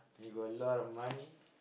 when you got a lot of money